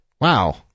wow